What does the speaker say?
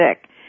sick